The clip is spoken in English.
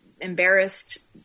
embarrassed